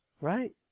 right